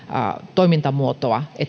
toimintamuotoa